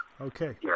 Okay